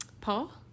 Paul